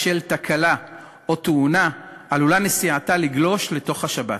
בשל תקלה או תאונה, עלולה נסיעתה לגלוש לתוך השבת.